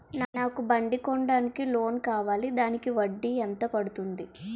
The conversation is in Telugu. నాకు బండి కొనడానికి లోన్ కావాలిదానికి వడ్డీ ఎంత పడుతుంది?